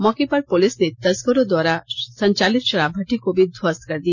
मौके पर पुलिस ने तस्करों द्वारा संचालित शराब भट्टी को भी ध्वस्त कर दिया